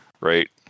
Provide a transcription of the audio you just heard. right